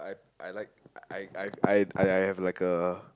I like I I I I have like a